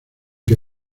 que